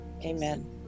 amen